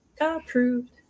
Approved